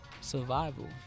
survival